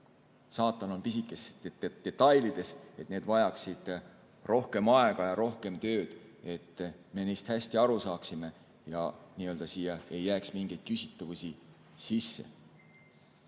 saatan on pisikestes detailides – vajaksid rohkem aega ja rohkem tööd, et me neist hästi aru saaksime. Siia ei jää mingeid küsitavusi sisse.